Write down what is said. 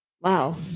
Wow